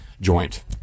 joint